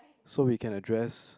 so we can address